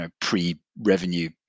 pre-revenue